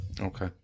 Okay